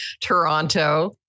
Toronto